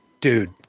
dude